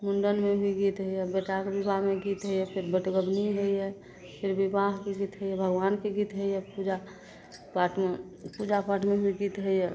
मुण्डनमे भी गीत होइए बेटाके विवाहमे भी गीत होइए फेर बटगमनी होइए फेर विवाहके भी गीत होइए भगवानके गीत होइए पूजापाठमे पूजापाठमे भी गीत होइए